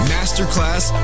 Masterclass